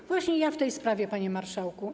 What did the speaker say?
Ja właśnie w tej sprawie, panie marszałku.